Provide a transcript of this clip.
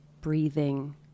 breathing